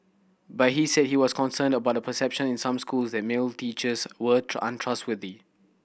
but he said he was concerned about a perception in some schools that male teachers were untrustworthy